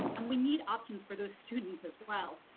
and we need options for those students as well.